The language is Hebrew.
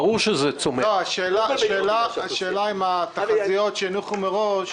אנחנו ב-3% --- השאלה היא אם התחזיות שהניחו מראש